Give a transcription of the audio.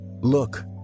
Look